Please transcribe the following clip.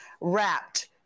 wrapped